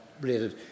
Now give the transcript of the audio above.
related